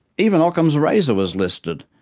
even ockham's razor was listed,